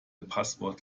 passwort